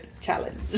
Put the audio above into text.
challenge